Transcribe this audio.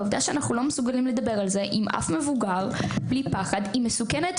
העובדה שאנחנו לא מסוגלים לדבר על זה עם אף מבוגר בלי פחד היא מסוכנת,